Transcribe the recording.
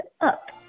up